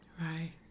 Right